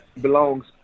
belongs